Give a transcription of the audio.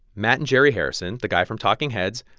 matt and jerry harrison, the guy from talking heads,